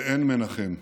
ואין מנחם.